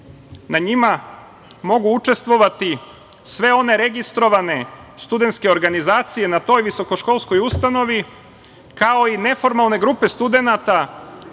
na njima mogu učestvovati sve one registrovane studentske organizacije na toj visokoškolskoj ustanovi, kao i neformalne grupe studenata